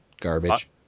Garbage